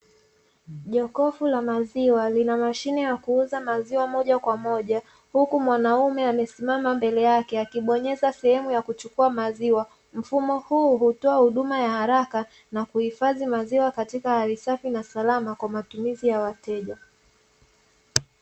Jokofu la maziwa lina mashine ya kuuza maziwa moja kwa moja, huku mwanaume amesimama mbele yake akibonyeza sehemu ya kuchukua maziwa. Mfumo huu hutoa huduma ya haraka na kuhifadhi maziwa katika hali safi na salama kwa matumizi ya wateja.